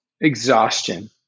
Exhaustion